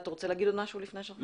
בבקשה.